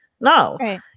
No